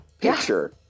picture